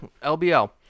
lbl